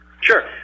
sure